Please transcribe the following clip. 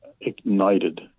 ignited